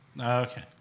Okay